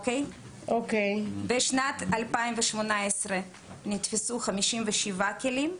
בשנת 2018 נתפסו 57 כלים,